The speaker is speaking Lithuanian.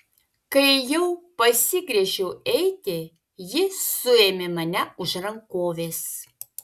kai jau pasigręžiau eiti ji suėmė mane už rankovės